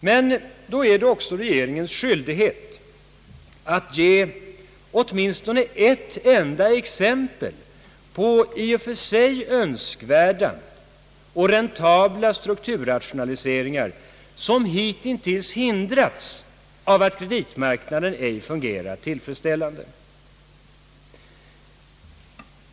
Men då är det också regeringens skyldighet att ge åtminstone ett enda exempel på i och för sig önskvärda och räntabla strukturrationaliseringar som hittills hindrats av att kreditmarknaden ej fungerar tillfredsställande.